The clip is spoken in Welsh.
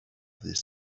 ddydd